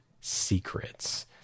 secrets